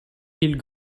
viel